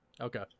Okay